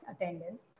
attendance